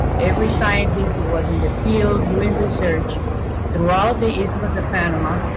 every scientist who was in the field doing research throughout the isthmus of panama,